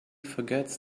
forgets